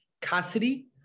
Cassidy